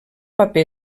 paper